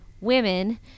women